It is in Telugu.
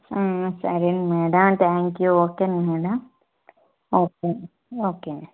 సరే మ్యాడమ్ త్యాంక్ యు ఓకేనా మ్యాడమ్ ఓకే ఓకే మ్యాడమ్